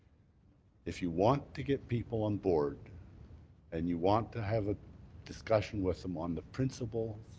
if you want to get people on board and you want to have a discussion with them on the principle,